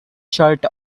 shirt